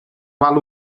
val